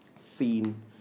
scene